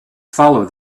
follow